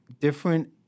different